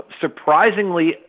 surprisingly